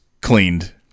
cleaned